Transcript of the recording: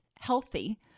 healthy